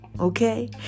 okay